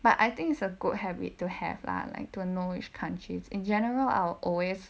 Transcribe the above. but I think it's a good habit to have lah like don't know which countries in general I'll always